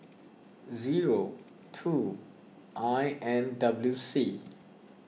zero two I N W C